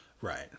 Right